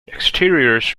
exteriors